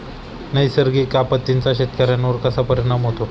नैसर्गिक आपत्तींचा शेतकऱ्यांवर कसा परिणाम होतो?